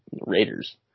Raiders